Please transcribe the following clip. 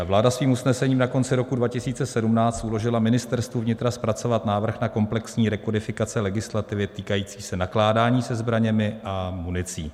Vláda svým usnesením na konci roku 2017 uložila Ministerstvu vnitra zpracovat návrh na komplexní rekodifikace legislativy týkající se nakládání se zbraněmi a municí.